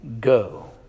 go